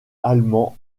allemand